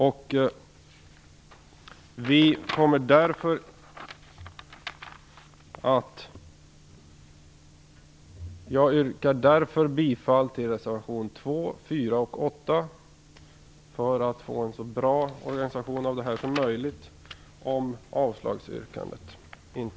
Om yrkandet om avslag på propositionen inte bifalls av riksdagen, yrkar jag bifall till reservationerna 2, 4 och 8, för att få en så bra organisation som möjligt.